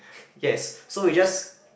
yes so we just